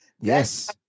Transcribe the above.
Yes